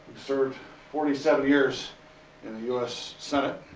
served forty seven years in the u s. senate